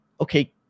Okay